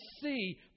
see